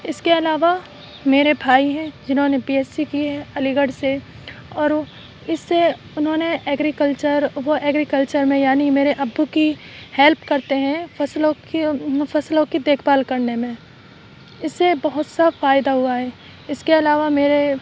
اس کے علاوہ میرے بھائی ہیں جنہوں نے بی ایس سی کی ہے علی گڑھ سے اور اس سے انہوں نے ایگریکلچر وہ ایگریکلچر میں یعنی میرے ابو کی ہیلپ کرتے ہیں فصلوں کی فصلوں کی دیکھ بھال کرنے میں اس سے بہت سا فائدہ ہوا ہے اس کے علاوہ میرے